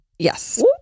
Yes